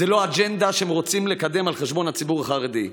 זו לא אג'נדה שהם רוצים לקדם על חשבון הציבור החרדי.